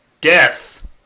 death